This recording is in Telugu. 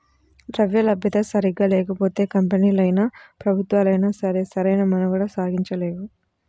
ద్రవ్యలభ్యత సరిగ్గా లేకపోతే కంపెనీలైనా, ప్రభుత్వాలైనా సరే సరైన మనుగడ సాగించలేవు